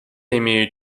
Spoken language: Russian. имею